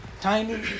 tiny